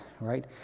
right